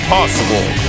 Possible